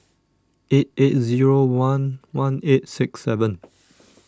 eight eight zero one one eight six seven